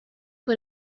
put